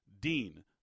DEAN